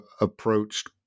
approached